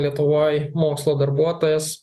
lietuvoj mokslo darbuotojas